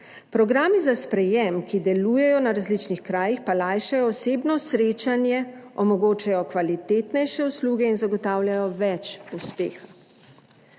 Programi za sprejem, ki delujejo na različnih krajih pa lajšajo osebno srečanje, omogočajo kvalitetnejše usluge in zagotavljajo več uspeha.«,